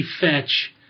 Fetch